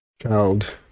child